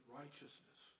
righteousness